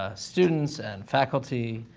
ah students and faculty,